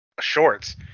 shorts